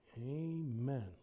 Amen